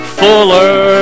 fuller